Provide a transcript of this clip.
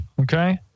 Okay